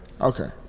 Okay